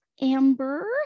Amber